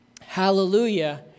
Hallelujah